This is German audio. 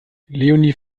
leonie